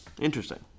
Interesting